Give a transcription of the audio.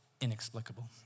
inexplicable